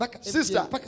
Sister